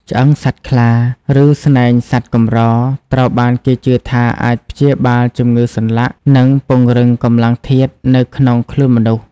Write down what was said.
ឆ្អឹងសត្វខ្លា ឬស្នែងសត្វកម្រ ត្រូវបានគេជឿថាអាចព្យាបាលជំងឺសន្លាក់ និងពង្រឹងកម្លាំងធាតុនៅក្នុងខ្លួនមនុស្ស។